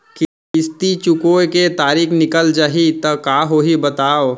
किस्ती चुकोय के तारीक निकल जाही त का होही बताव?